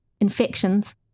infections